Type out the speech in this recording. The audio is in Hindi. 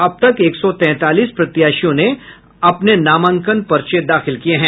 अब तक एक सौ तैंतालीस प्रत्याशियों ने अपने पर्चे दाखिल किये हैं